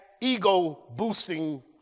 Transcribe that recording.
ego-boosting